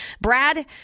brad